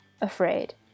afraid